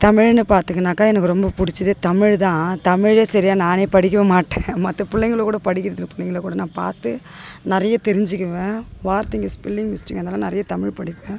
தமிழுன்னு பாத்திங்கின்னாக்கா எனக்கு ரொம்ப பிடிச்சது தமிழ்தான் தமிழை சரியாக நானே படிக்க மாட்டேன் மற்ற பிள்ளைங்களோட படிக்கிறதுக்கு பிள்ளைங்கள கூட நான் பார்த்து நிறையா தெரிஞ்சுக்குவேன் வார்த்தைங்க ஸ்பெல்லிங் மிஸ்ட்டேக் அதல்லாம் நிறையா தமிழ் படிப்பேன்